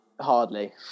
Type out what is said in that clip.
hardly